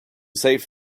save